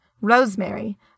rosemary